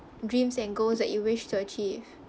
dreams and goals that you wish to achieve